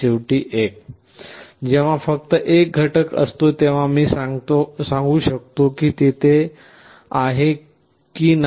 शेवटी जेव्हा फक्त 1 घटक असतो तेव्हा मी ते सांगू शकतो तो तिथे आहे की नाही